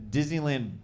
Disneyland